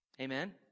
Amen